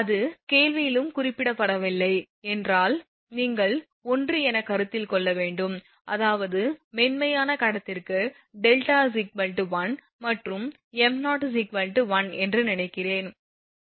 அது கேள்வியிலும் குறிப்பிடப்படவில்லை என்றால் நீங்கள் ஒன்று என கருத்தில்கொள்ள வேண்டும் அதாவது மென்மையான கடத்திற்கு δ 1 மற்றும் m0 1 என்று நினைக்கிறேன்